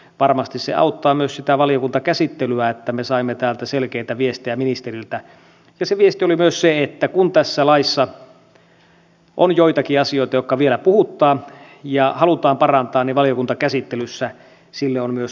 varmasti se auttaa myös valiokuntakäsittelyä että me saimme täältä selkeitä viestejä ministeriltä ja se viesti oli myös se että kun tässä laissa on joitakin asioita jotka vielä puhuttavat ja joita halutaan parantaa niin valiokuntakäsittelyssä sille on myös mahdollisuus